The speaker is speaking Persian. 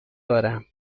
دارم